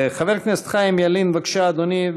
חבר הכנסת חיים ילין, בבקשה, אדוני.